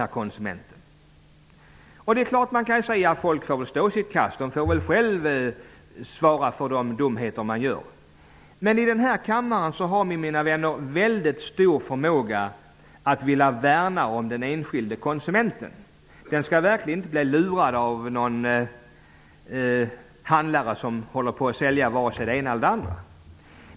Det är klart att man kan säga att folk får stå sitt kast och själva svara för sina dumheter. Men i denna kammare har ni, mina vänner, väldigt stor förmåga att vilja värna om den enskilde konsumenten. Han skall verkligen inte behöva bli lurad av någon handlare som säljer det ena eller det andra.